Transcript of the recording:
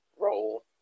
role